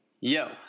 Yo